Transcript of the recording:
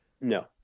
No